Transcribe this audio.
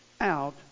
out